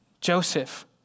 Joseph